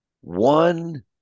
one